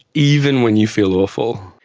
even when you feel awful.